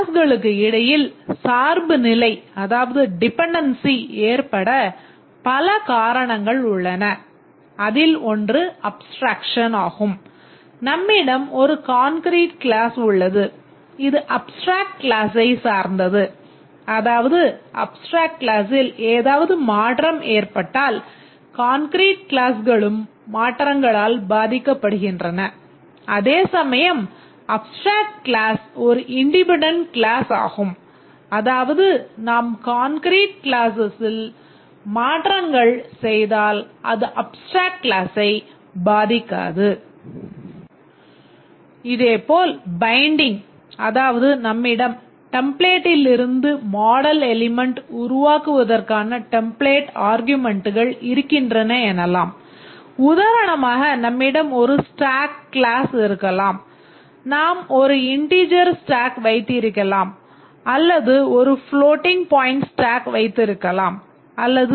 க்ளாஸ்களுக்கு இடையில் சார்புநிலை ஆகும் அதாவது நாம் கான்கிரீட் க்ளாஸ்ஸில் மாற்றங்கள் செய்தால் அது அப்ஸ்ட்ராக்ட் கிளாஸை பாதிக்காது